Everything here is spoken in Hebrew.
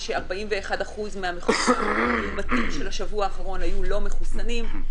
41% מהמאומתים של השבוע האחרון היו לא מחוסנים,